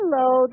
Hello